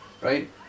right